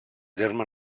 terme